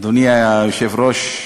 אדוני היושב-ראש,